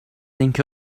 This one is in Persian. اینکه